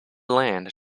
land